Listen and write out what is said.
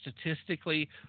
statistically